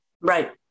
Right